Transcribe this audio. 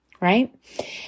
right